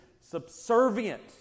subservient